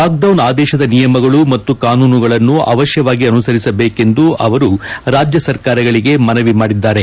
lockdown ಆದೇಶದ ನಿಯಮಗಳು ಮತ್ತು ಕಾನೂನುಗಳನ್ನು ಅವಶ್ಯವಾಗಿ ಅನುಸರಿಸಬೇಕೆಂದು ಅವರು ರಾಜ್ಯ ಸರ್ಕಾರಗಳಿಗೆ ಮನವಿ ಮಾಡಿದ್ದಾರೆ